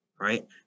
right